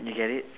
you get it